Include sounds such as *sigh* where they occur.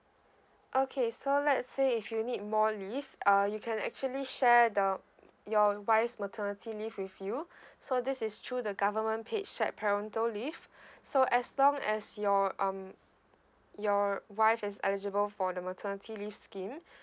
okay so let's say if you need more leave uh you can actually share the your wife's maternity leave with you *breath* so this is through the government paid shared parental leave *breath* so as long as your um your wife is eligible for the maternity leave scheme